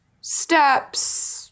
steps